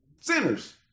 sinners